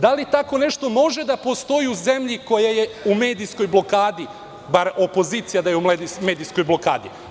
Da li tako nešto može da postoji u zemlji koja je u medijskoj blokadi, bar opozicija da je u medijskoj blokadi?